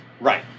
right